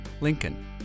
Lincoln